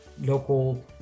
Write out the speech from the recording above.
local